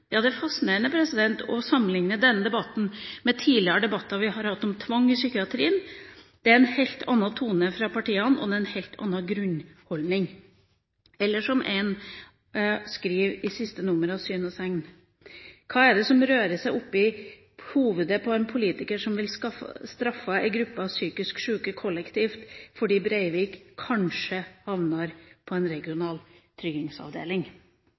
Ja, det er fascinerende å sammenlikne denne debatten med tidligere debatter vi har hatt om tvang i psykiatrien. Det er en helt annen tone fra partiene, og det er en helt annen grunnholdning. Eller som én skriver i siste nummer av «Syn og Segn»: «Kva er det som rører seg i hovudet på ein politikar som vil straffa ei gruppe av psykisk sjuke kollektivt fordi Breivik kanskje hamnar på ei regional tryggingsavdeling?»